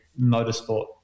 motorsport